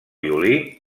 violí